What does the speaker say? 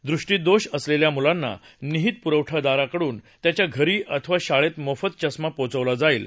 दृष्टीदोष असलेल्या मुलांना निहित पुरवठादाराकडून त्याच्या घरी अथवा शाळेत मोफत चष्मा पोचवला जाईल